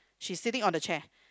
she sitting on the chair